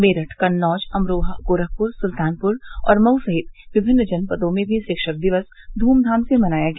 मेरठ कन्नौज अमरोहा गोरखपुर सुल्तानपुर और मऊ सहित विभिन्न जनपदों में भी शिक्षक दिवस धूम्बाम से मनाया गया